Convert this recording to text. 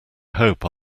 hope